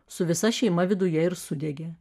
su visa šeima viduje ir sudegė